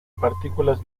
partículas